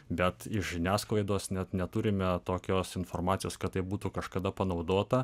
bet iš žiniasklaidos net neturime tokios informacijos kad tai būtų kažkada panaudota